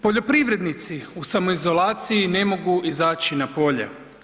Poljoprivrednici u samoizolaciji ne mogu izaći na polje.